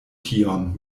tion